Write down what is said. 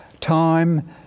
Time